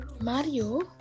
Mario